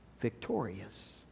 victorious